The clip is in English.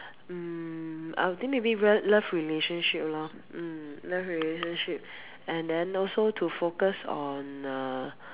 mm I'll think maybe love love relationship lor mm love relationship and then also to focus on ah